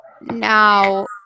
now